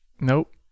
nope